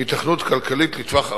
היתכנות כלכלית לטווח ארוך,